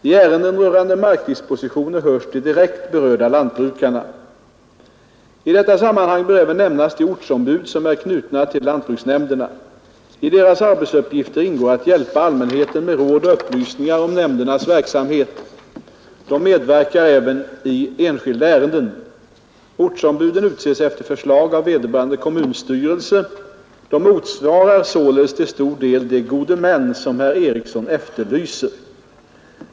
I ärenden rörande markdispositioner hörs de direkt berörda lantbrukarna. I detta sammanhang bör även nämnas de ortsombud som är knutna till lantbruksnämnderna. I deras arbetsuppgifter ingår att hjälpa allmänheten med råd och upplysningar om nämndernas verksamhet. De medverkar även i enskilda ärenden. Ortsombuden utses efter förslag av vederbörande kommunstyrelse. De motsvarar således till stor del de gode män som herr Eriksson efterlyser.